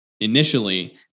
initially